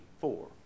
four